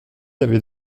avait